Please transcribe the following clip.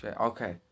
Okay